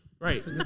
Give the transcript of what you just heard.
Right